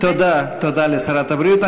תודה לשרת הבריאות.